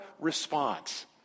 response